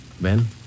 Ben